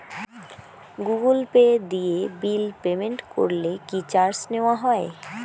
Google Pay দিয়ে bill payment করলে কি চার্জ নেওয়া হয়?